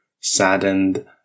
saddened